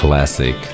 Classic